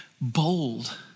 bold